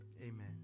amen